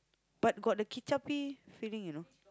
but got the kicap feeling you know